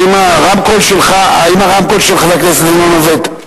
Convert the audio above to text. האם הרמקול של חבר הכנסת דנון עובד?